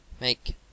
make